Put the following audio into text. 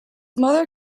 mother